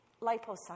liposuction